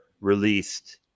released